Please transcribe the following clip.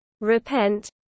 Repent